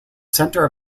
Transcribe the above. center